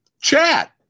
chat